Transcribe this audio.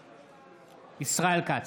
בעד ישראל כץ,